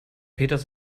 peters